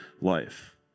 life